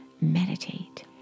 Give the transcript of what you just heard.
meditate